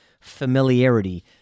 familiarity